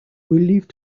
leave